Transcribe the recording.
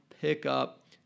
pickup